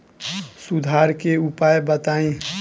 सुधार के उपाय बताई?